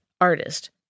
artist